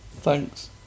Thanks